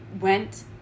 went